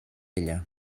ella